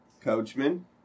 Coachman